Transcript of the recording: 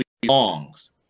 belongs